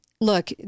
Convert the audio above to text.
Look